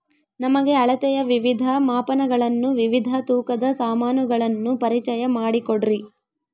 ನಮಗೆ ಅಳತೆಯ ವಿವಿಧ ಮಾಪನಗಳನ್ನು ವಿವಿಧ ತೂಕದ ಸಾಮಾನುಗಳನ್ನು ಪರಿಚಯ ಮಾಡಿಕೊಡ್ರಿ?